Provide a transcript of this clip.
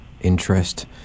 interest